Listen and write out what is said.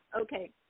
okay